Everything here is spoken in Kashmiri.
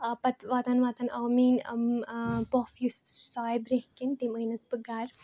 آ پَتہٕ واتان واتان آو میٛٲنۍ پۄپھ یُس سۄ آیہِ برٛونٛہہ کِنۍ تٔمۍ أنۍنَس بہٕ گَر